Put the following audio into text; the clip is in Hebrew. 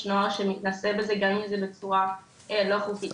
נוער שמתנסה בזה גם אם זה בצורה לא חוקית,